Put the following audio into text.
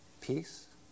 peace